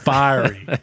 fiery